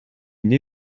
une